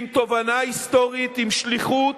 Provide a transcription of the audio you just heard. עם תובנה היסטורית, עם שליחות,